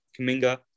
Kaminga